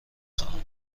خواهم